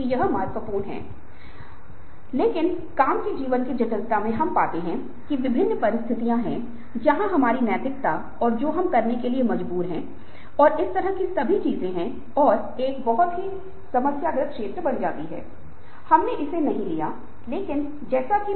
यदि लक्ष्य बहुत आसान है तो यह कठिन काम करने के लिए प्रेरणा को मारता है एक स्व सेट कठिन लक्ष्य प्रभाव आपके ध्यान प्रयास और दृढ़ता को प्रभावित करता है और आपको अपने लिए लक्ष्य निर्धारित करने और मुख्य लक्ष्य या दीर्घकालिक लक्ष्य को अलग अलग करने अल्पकालिक लक्ष्य की सामान्य के बजाय प्रत्येक लक्ष्य को अधिक विशिष्ट बनाने में सक्षम होना चाहिए